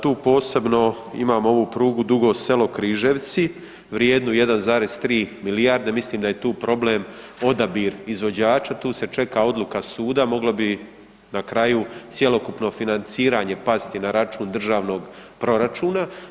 Tu posebno imamo ovu prugu Dugo Selo-Križevci, vrijednu 1,3 milijarde, mislim da je tu problem odabir izvođača, tu se čeka odluka suda, moglo bi na kraju cjelokupno financiranje pasti na račun državnog proračuna.